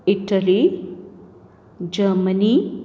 Italy Germany